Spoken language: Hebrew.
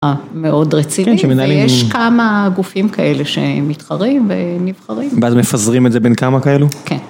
מאוד רציני,. כן שמנהלים. ויש כמה גופים כאלה שמתחרים ונבחרים, ואז מפזרים את זה בין כמה כאלו.